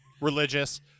Religious